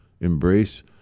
Embrace